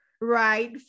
right